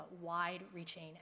wide-reaching